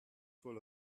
full